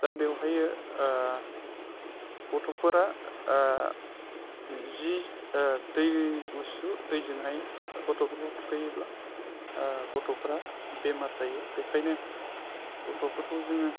दा बेवहायो गथ'फोरा जि दै गुसु दैजोंहाय गथ'फोरखौ थुखैयोब्ला गथ'फोरा बेमार जायो बेखायनो गथ'फोरखौ जोङो